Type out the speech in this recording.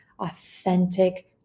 authentic